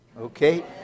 okay